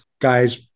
guys